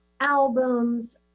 albums